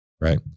right